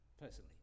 personally